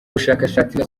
bushakashatsi